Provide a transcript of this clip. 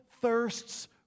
thirsts